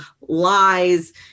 lies